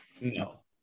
No